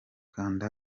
kandi